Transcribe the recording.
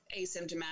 asymptomatic